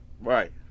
Right